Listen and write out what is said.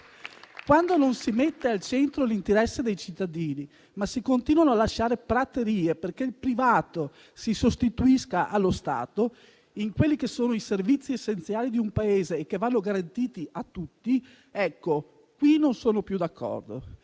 Quando non si mette al centro l'interesse dei cittadini, ma si continuano a lasciare praterie perché il privato si sostituisca allo Stato nei servizi essenziali che in un Paese vanno garantiti a tutti, non sono più d'accordo.